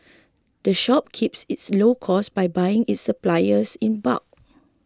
the shop keeps its low costs by buying its supplies in bulk